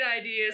ideas